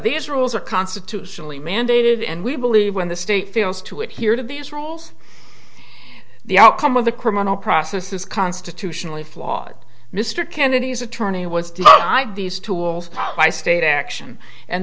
these rules are constitutionally mandated and we believe when the state fails to adhere to these roles the outcome of the criminal process is constitutionally flawed mr kennedy's attorney was denied these tools by state action and